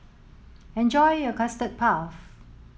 enjoy your custard puff